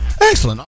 Excellent